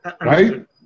Right